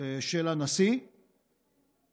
של הנשיא היוצא,